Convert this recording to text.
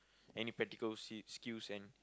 any practical s~ skills and